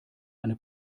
eine